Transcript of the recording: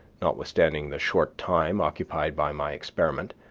notwithstanding the short time occupied by my experiment,